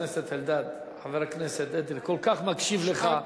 חבר הכנסת אלדד, חבר הכנסת אדרי כל כך מקשיב לך,